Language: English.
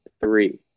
three